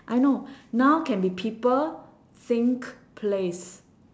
I know noun can be people thing place